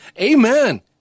Amen